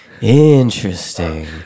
Interesting